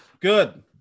good